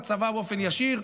לצבא באופן ישיר,